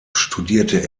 studierte